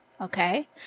okay